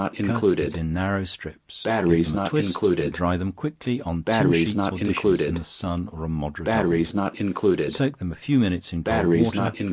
cut it in narrow strips, give them a twist, and dry them quickly, on tin sheets or dishes, in the sun or a moderate oven soak them a few minutes in cold water,